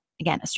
Again